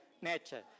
nature